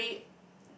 very